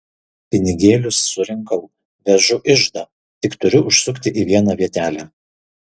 pinigėlius surinkau vežu iždą tik turiu užsukti į vieną vietelę